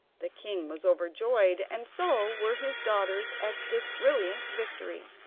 the king was overjoyed and so were his daughters at this brilliant victory.